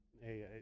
hey